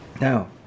Now